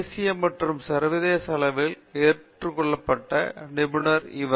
தேசிய மற்றும் சர்வதேச அளவில் ஏற்றுக்கொள்ளப்பட்ட நிபுணர் இவர்